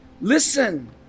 Listen